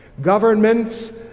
Governments